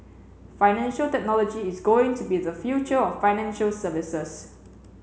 financial technology is going to be the future of financial services